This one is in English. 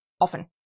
often